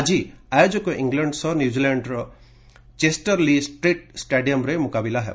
ଆଜି ଆୟୋଜକ ଇଂଲଣ୍ଡ ସହ ନ୍ୟୁଜିଲାଣ୍ଡର ଚେଷ୍ଟର ଲି ଷ୍ଟ୍ରିଟ୍ ଷ୍ଟାଡିୟମ୍ରେ ମୁକାବିଲା ହେବ